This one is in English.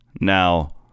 Now